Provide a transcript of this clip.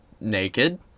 naked